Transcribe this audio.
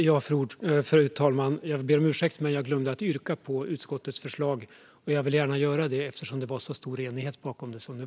Fru talman! Jag ber om ursäkt, men jag glömde att yrka bifall till utskottets förslag. Jag vill gärna göra det eftersom det var så stor enighet bakom förslaget.